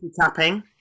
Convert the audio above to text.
tapping